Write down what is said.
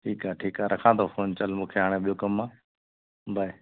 ठीकु आहे ठीकु आहे रखां थो फ़ोन चल मूंखे हाणे ॿियो कम आहे बाय